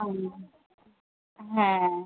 ও হ্যাঁ